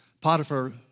Potiphar